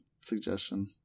suggestion